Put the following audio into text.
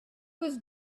was